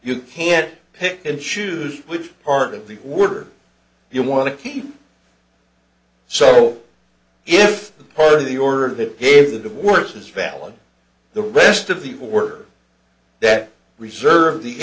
you can't pick and choose which part of the word you want to keep so if the part of the order that gave the words is valid the rest of the word that reserve the